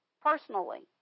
personally